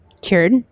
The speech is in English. cured